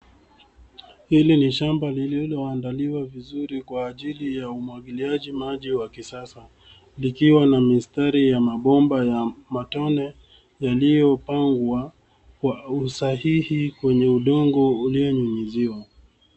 Hili ni shamba lililo andaliwa vizuri kwa ajili ya umwagiliaji maji wa kisasa. Likiwa na mistari ya mabomba ya matone, yaliyopangwa kwa usahihi kwenye udongo ulionyunyiziwa.